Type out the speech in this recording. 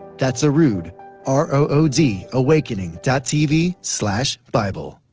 that's arood, r o o d, awakening tv bible.